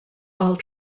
all